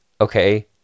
okay